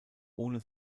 ohne